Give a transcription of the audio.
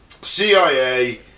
CIA